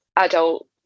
adult